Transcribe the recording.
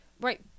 Right